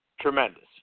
Tremendous